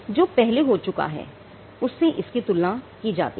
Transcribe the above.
जो पहले हो चुका है उससे इसकी तुलना की जाती है